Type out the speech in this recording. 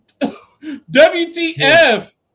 WTF